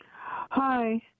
Hi